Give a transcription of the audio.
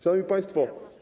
Szanowni Państwo!